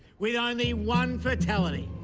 with only one fatality.